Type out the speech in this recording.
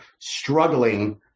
struggling